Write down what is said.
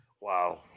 wow